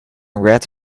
red